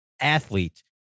athlete